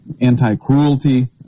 anti-cruelty